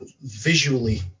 visually